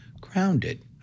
grounded